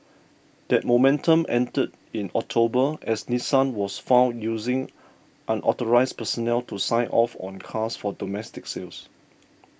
that momentum ended in October as Nissan was found using unauthorised personnel to sign off on cars for domestic sales